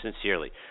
sincerely